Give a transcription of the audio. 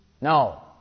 No